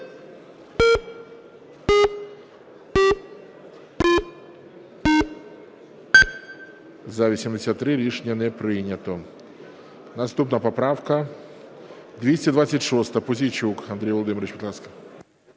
За-83 Рішення не прийнято. Наступна поправка 226. Пузійчук Андрій Володимирович, будь ласка.